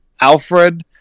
Alfred